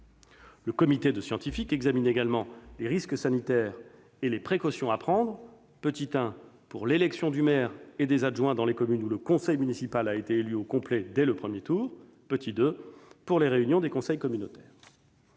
Le comité de scientifiques examine également les risques sanitaires et les précautions à prendre :« 1° Pour l'élection du maire et des adjoints dans les communes où le conseil municipal a été élu au complet dès le premier tour ;« 2° Pour les réunions des conseils communautaires.